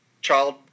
child